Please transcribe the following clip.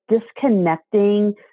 disconnecting